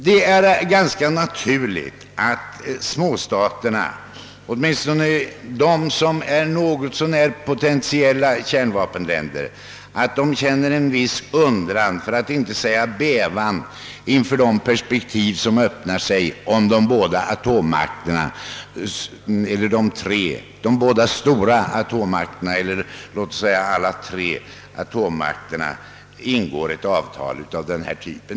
Det är ganska naturligt att småstaterna, åtminstone de som i någon mån är potentiella kärnvapenländer, känner en viss undran, för att inte säga bävan, inför de perspektiv som öppnar sig om de båda stora atomvapenmakterna eller låt oss säga alla tre atomvapenmakterna ingår ett avtal av denna typ.